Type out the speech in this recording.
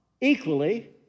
equally